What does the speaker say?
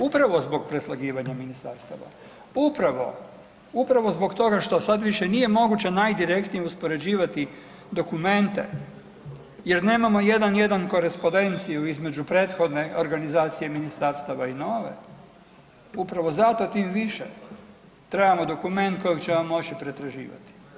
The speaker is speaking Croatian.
Upravo zbog preslagivanja ministarstva, upravo, upravo zbog toga što sad više nije moguće najdirektnije uspoređivati dokumente jer nemamo jedan jedan korespondenciju između prethodne organizacije ministarstava i nove, upravo zato tim više trebamo dokument kojeg ćemo moći pretraživati.